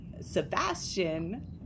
Sebastian